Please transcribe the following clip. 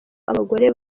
abagore